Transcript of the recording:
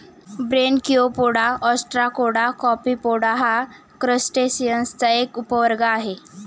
Branchiopoda, ostracoda, copepoda हा क्रस्टेसिअन्सचा एक उपवर्ग आहे